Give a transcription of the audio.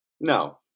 No